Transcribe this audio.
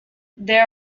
there